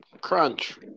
Crunch